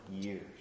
years